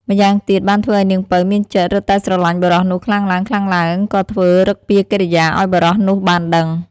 ម្យ៉ាងទៀតបានធ្វើឲ្យនាងពៅមានចិត្តរឹតតែស្រឡាញ់បុរសនោះខ្លាំងឡើងៗ ក៏ធ្វើឫកពាកិរិយាឲ្យបុរសនោះបានដឹង។